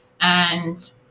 And-